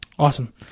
Awesome